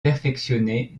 perfectionner